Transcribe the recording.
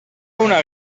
una